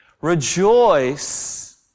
Rejoice